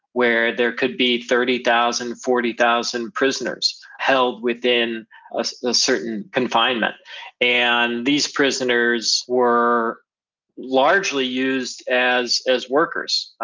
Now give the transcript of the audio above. where there could be thirty thousand, forty thousand prisoners held within a ah certain confinement and these prisoners were largely used as as workers,